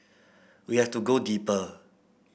we have to go deeper